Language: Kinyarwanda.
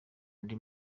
ndi